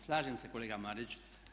Slažem se kolega Mariću.